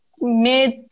mid